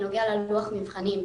בנוגע ללוח המבחנים,